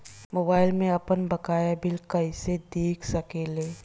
Mobile में आपनबकाया bill कहाँसे देख सकिले?